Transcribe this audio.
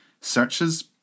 searches